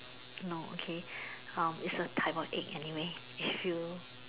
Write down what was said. no okay um it's a type of egg anyway if you